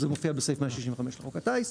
זה מופיע בסעיף 165 לחוק הטיס.